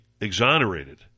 exonerated